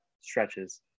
stretches